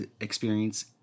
experience